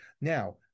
Now